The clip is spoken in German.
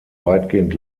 weitgehend